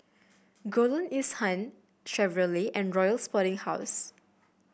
Golden East Han Chevrolet and Royal Sporting House